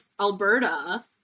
Alberta